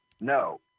No